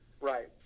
right